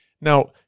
Now